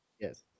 Yes